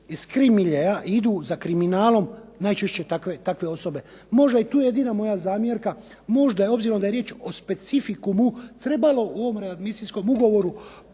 iz krim miljea i idu za kriminalom najčešće takve osobe. Možda je tu jedino moja zamjerka, možda obzirom da je riječ o specifikumu trebalo u ovom readmisijskom ugovoru